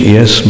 Yes